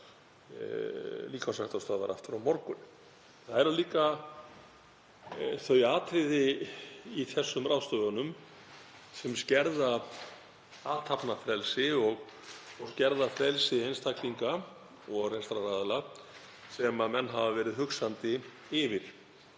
líkamsræktarstöðvar aftur á morgun. Það eru líka þau atriði í þessum ráðstöfunum sem skerða athafnafrelsi og skerða frelsi einstaklinga og rekstraraðila sem menn hafa verið hugsandi yfir.